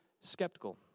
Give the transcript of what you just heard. skeptical